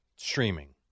streaming